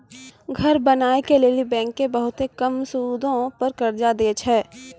घर बनाय के लेली बैंकें बहुते कम सूदो पर कर्जा दै छै